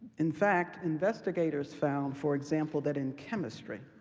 in fact, investigators found, for example, that in chemistry,